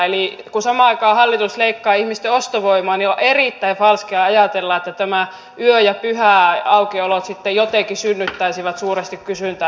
eli kun samaan aikaan hallitus leikkaa ihmisten ostovoimaa niin on erittäin falskia ajatella että nämä yö ja pyhäaukiolot sitten jotenkin synnyttäisivät suuresti kysyntää suomeen